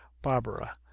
barbara